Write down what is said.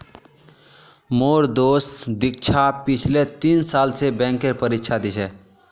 मोर दोस्त दीक्षा पिछले तीन साल स बैंकेर परीक्षा दी छ